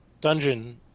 dungeon